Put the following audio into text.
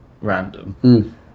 random